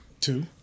Two